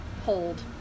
hold